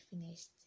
finished